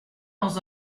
dans